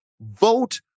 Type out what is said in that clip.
Vote